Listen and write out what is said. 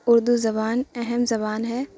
اردو زبان اہم زبان ہے